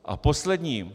A poslední.